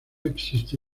existe